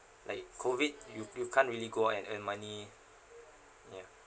like COVID you you can't really go out and earn money ya